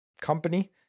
company